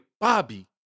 Bobby